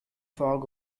fog